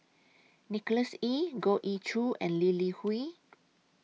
Nicholas Ee Goh Ee Choo and Lee Li Hui